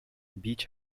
beach